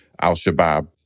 Al-Shabaab